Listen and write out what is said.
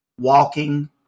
walking